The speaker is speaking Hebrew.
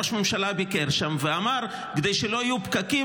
ראש ממשלה ביקר שם ואמר: כדי שלא יהיו פקקים,